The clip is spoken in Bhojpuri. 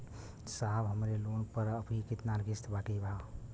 साहब हमरे लोन पर अभी कितना किस्त बाकी ह?